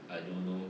I don't know